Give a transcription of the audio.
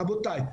רבותי,